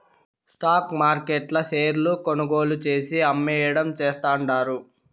stock మార్కెట్ల షేర్లు కొనుగోలు చేసి, అమ్మేయడం చేస్తండారు